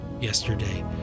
yesterday